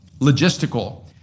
logistical